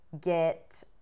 get